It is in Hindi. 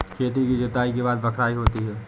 खेती की जुताई के बाद बख्राई होती हैं?